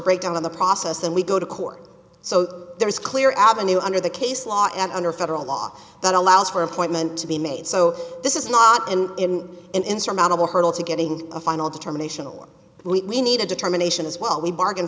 breakdown in the process then we go to court so there is clear avenue under the case law and under federal law that allows for appointment to be made so this is not an in an insurmountable hurdle to getting a final determination or we need a determination as well we bargain